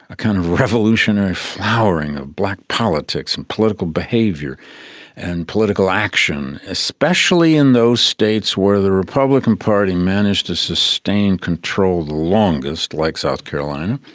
a kind of revolutionary flowering of black politics and political behaviour and political action, especially in those states where the republican party managed to sustain control the longest, like south carolina,